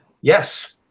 Yes